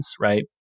right